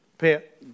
pet